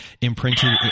Imprinted